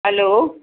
hello